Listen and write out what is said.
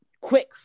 quick